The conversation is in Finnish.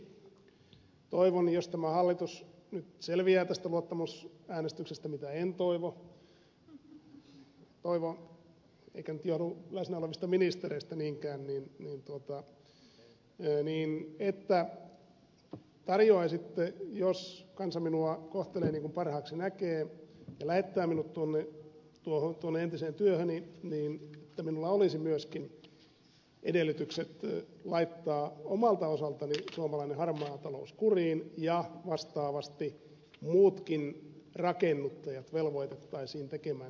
siksi toivon jos tämä hallitus selviää tästä luottamusäänestyksestä mitä en toivo eikä se nyt johdu läsnä olevista ministereistä niinkään että tarjoaisitte jos kansa minua kohtelee niin kuin parhaaksi näkee ja lähettää minut tuonne entiseen työhöni että minulla olisi myöskin edellytykset laittaa omalta osaltani suomalainen harmaa talous kuriin ja vastaavasti muutkin rakennuttajat velvoitettaisiin tekemään se sama omalta osaltaan